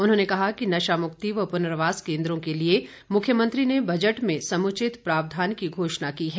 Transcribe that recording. उन्होंने कहा कि नशा मुक्ति व पुनर्वास केन्द्रों के लिए मुख्यमंत्री ने बजट में समुचित प्रावधान की घोषणा की है